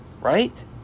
right